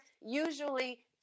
usually